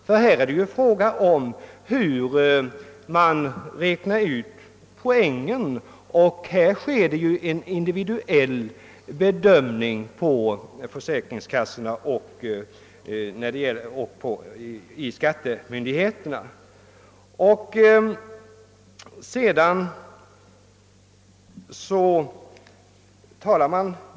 Här är det nämligen fråga om hur poängen räknas ut, och därvidlag gör ju försäkringskassorna och skattemyndigheterna en individuell bedömning.